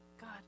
God